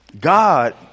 God